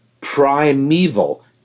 primeval